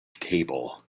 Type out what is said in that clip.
table